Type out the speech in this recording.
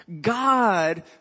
God